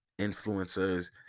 influencers